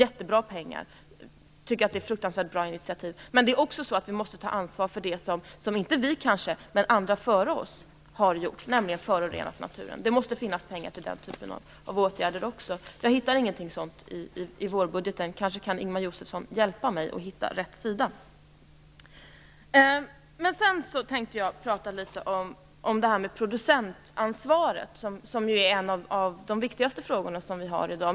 Det är ett jättebra initiativ, men vi måste också ta ansvar för de föroreningar i naturen som inte bara vi utan också andra före oss har åstadkommit. Det måste finnas pengar också till den typen av åtgärder. Men jag hittar ingenting sådant i vårbudgeten. Ingemar Josefsson kan kanske hjälpa mig att hitta rätt sida. Sedan tänkte jag prata litet grand om producentansvaret, som är en av de viktigaste frågorna i dag.